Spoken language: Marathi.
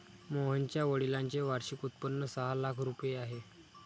मोहनच्या वडिलांचे वार्षिक उत्पन्न सहा लाख रुपये आहे